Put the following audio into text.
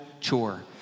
chore